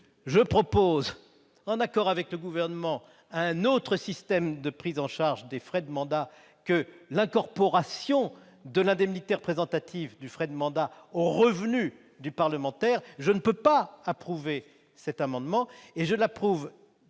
je propose, en accord avec le Gouvernement, un autre système de prise en charge des frais de mandat que l'incorporation de l'indemnité représentative de frais de mandat aux revenus du parlementaire, je ne puis approuver cet amendement, d'autant que,